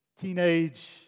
teenage